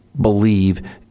believe